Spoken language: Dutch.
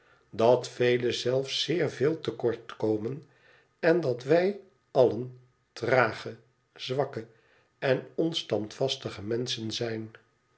dat velen zelfs zeer veel te kort komen en dat wij allen trage zwakke en onstandvastige menschen zijn